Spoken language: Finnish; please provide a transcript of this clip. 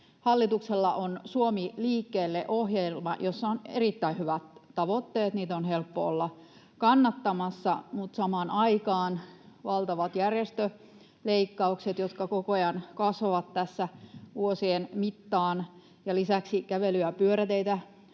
Hallituksella on Suomi liikkeelle -ohjelma, jossa on erittäin hyvät tavoitteet. Niitä on helppo olla kannattamassa, mutta samaan aikaan on valtavia järjestöleikkauksia, jotka koko ajan kasvavat tässä vuosien mittaan. Lisäksi kävely- ja pyöräteitä